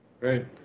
Right